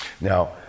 Now